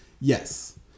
yes